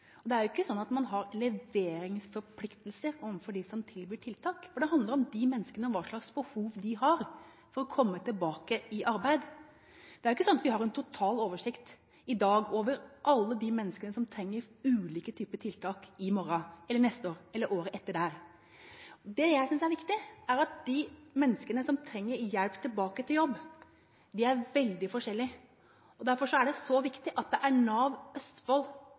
menneskene har for å komme tilbake i arbeid. Vi har ikke en total oversikt i dag over alle de menneskene som trenger ulike typer tiltak i morgen, neste år eller året deretter. Det jeg synes er viktig, er at de menneskene som trenger hjelp for å komme tilbake i jobb, er veldig forskjellige. Derfor er det så viktig at det er Nav Østfold